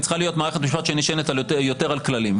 היא צריכה להיות מערכת משפט שנשענת יותר על כללים.